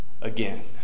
again